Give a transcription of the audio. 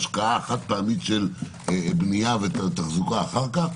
השקעה חד פעמית של בנייה ותחזוקה אחר כך.